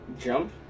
jump